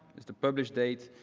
is the publish date,